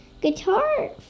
guitar